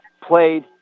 played